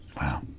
Wow